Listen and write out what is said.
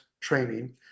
training